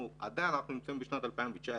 עדיין אנחנו נמצאים בשנת 2019,